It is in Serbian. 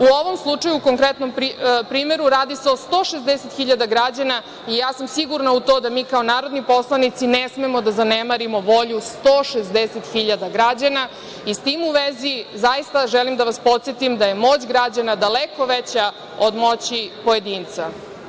U ovom slučaju, u konkretnom primeru radi se o 160.000 građana i ja sam sigurna u to da mi kao narodni poslanici ne smemo da zanemarimo volju 160.000 građana i s tim u vezi, zaista želim da vas podsetim da je moć građana daleko veća od moći pojedinca.